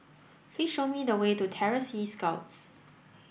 please show me the way to Terror Sea Scouts